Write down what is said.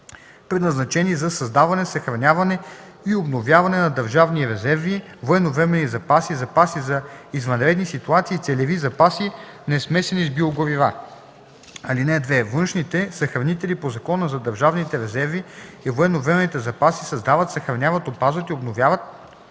предназначени за създаване, съхраняване и обновяване на държавни резерви, военновременни запаси, запаси за извънредни ситуации и целеви запаси, несмесени с биогорива. (2) Външните съхранители по Закона за държавните резерви и военновременните запаси създават, съхраняват, опазват и обновяват